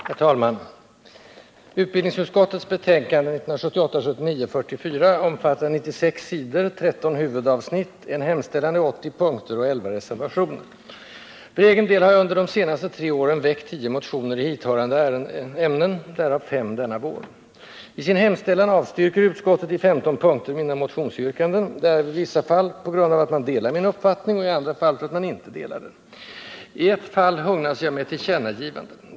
Herr talman! Utbildningsutskottets betänkande 1978/79:44 omfattar 96 sidor, 13 huvudavsnitt, en hemställan i 80 punkter och 11 reservationer. För egen del har jag under de senaste tre åren väckt 10 motioner i hithörande ämnen, därav 5 denna vår. I sin hemställan avstyrker utskottet i 15 punkter mina motionsyrkanden, därav i vissa fall på grund av att man delar min uppfattning och i andra fall för att man inte delar den. I ett fall hugnas jag med ett tillkännagivande.